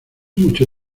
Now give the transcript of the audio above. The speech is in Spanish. mucho